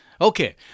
Okay